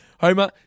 Homer